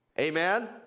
Amen